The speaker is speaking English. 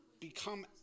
become